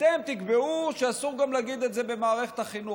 אתם תקבעו שאסור גם להגיד את זה במערכת החינוך.